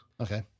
Okay